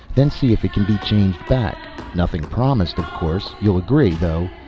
then see if it can be changed back. nothing promised, of course. you'll agree, though,